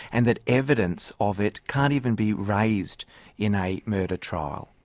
and that evidence of it can't even be raised in a murder trial.